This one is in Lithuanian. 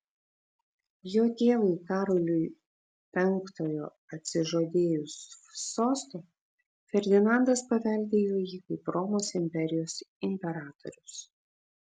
jo tėvui karoliui penktojo atsižadėjus sosto ferdinandas paveldėjo jį kaip romos imperijos imperatorius